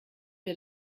wir